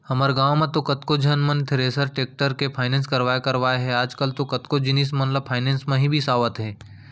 हमर गॉंव म तो कतको झन मन थेरेसर, टेक्टर के फायनेंस करवाय करवाय हे आजकल तो कतको जिनिस मन ल फायनेंस म ही बिसावत हें